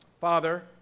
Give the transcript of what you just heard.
Father